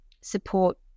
support